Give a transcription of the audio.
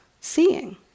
seeing